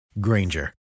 Granger